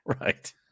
Right